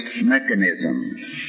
mechanism